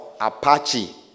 Apache